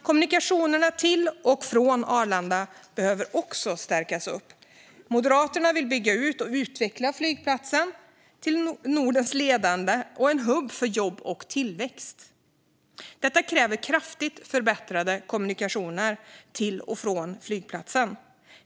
Kommunikationerna till och från Arlanda behöver stärkas. Moderaterna vill bygga ut och utveckla flygplatsen till Nordens ledande och till en hubb för jobb och tillväxt. Detta kräver kraftigt förbättrade kommunikationer till och från flygplatsen.